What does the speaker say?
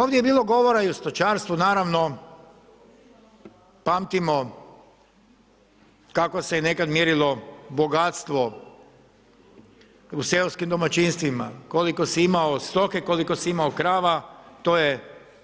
Ovdje je bilo govora i o stočarstvu, naravno pamtimo kako se je nekada mjerilo bogatstvo u seoskim domaćinstvima, koliko si imao stoke, koliko si imao krava to je